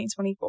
2024